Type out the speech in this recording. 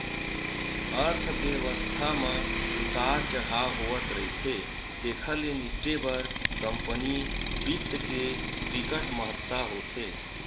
अर्थबेवस्था म उतार चड़हाव होवथ रहिथे तेखर ले निपटे बर कंपनी बित्त के बिकट महत्ता होथे